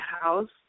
house